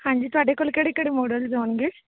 ਹਾਂਜੀ ਤੁਹਾਡੇ ਕੋਲ ਕਿਹੜੇ ਕਿਹੜੇ ਮੋਡਲਸ ਹੋਣਗੇ